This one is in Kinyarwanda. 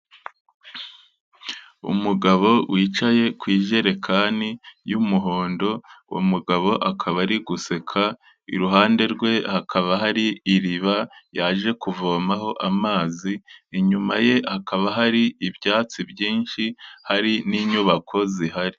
Umugabo wicaye ku ijerekani y'umuhondo, umugabo akaba ari guseka iruhande rwe hakaba hari iriba yaje kuvomaho amazi, inyuma ye hakaba hari ibyatsi byinshi hari n'inyubako zihari.